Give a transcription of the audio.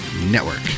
Network